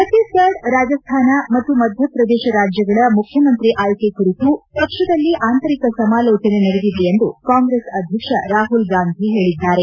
ಛತ್ತೀಸ್ಫಡ್ ರಾಜಸ್ಥಾನ ಮತ್ತು ಮಧ್ಯ ಪ್ರದೇಶ ರಾಜ್ಯಗಳ ಮುಖ್ಯಮಂತ್ರಿ ಆಯ್ಕೆ ಕುರಿತು ಪಕ್ಷದಲ್ಲಿ ಆಂತರಿಕ ಸಮಾಲೋಚನೆ ನಡೆದಿದೆ ಎಂದು ಕಾಂಗ್ರೆಸ್ ಅಧ್ಯಕ್ಷ ರಾಹುಲ್ ಗಾಂಧಿ ಹೇಳಿದ್ದಾರೆ